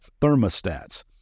thermostats